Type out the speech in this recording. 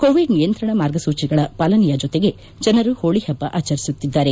Covid ನಿಯಂತ್ರಣ ಮಾರ್ಗಸೂಚಿಗಳ ಪಾಲನೆಯ ಜೊತೆಗೆ ಜನರು ಹೋಳಿ ಹಬ್ಬವನ್ನು ಆಚರಿಸುತ್ತಿದ್ದಾರೆ